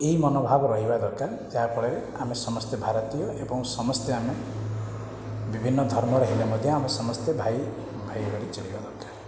ଏହି ମନୋଭାବ ରହିବା ଦରକାର ଯାହା ଫଳରେ ଆମେ ସମସ୍ତେ ଭାରତୀୟ ଏବଂ ସମସ୍ତେ ଆମେ ବିଭିନ୍ନ ଧର୍ମର ହେଲେ ମଧ୍ୟ ଆମେ ସମସ୍ତେ ଭାଇ ଭାଇ ଭଳି ଚଳିବା ଦରକାର